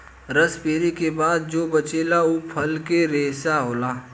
रस पेरे के बाद जो बचेला उ फल के रेशा होला